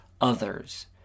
others